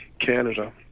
Canada